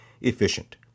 efficient